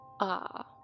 Ah